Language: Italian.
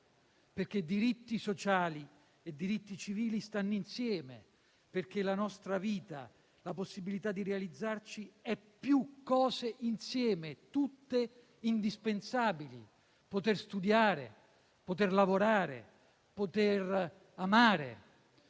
perché diritti sociali e diritti civili stanno insieme, perché la nostra vita, la possibilità di realizzarci è più cose insieme, tutte indispensabili: poter studiare, poter lavorare, poter amare.